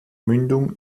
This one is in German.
mündung